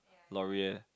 Loreal